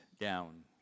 down